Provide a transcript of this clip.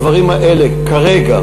הדברים האלה כרגע,